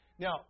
Now